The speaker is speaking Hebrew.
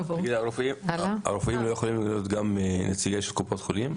הרופאים לא יכולים להיות גם נציגים של קופות חולים?